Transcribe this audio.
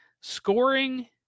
scoring